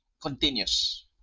continuous